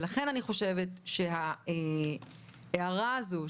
לכן אני חושבת שההערה הזו,